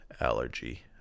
allergy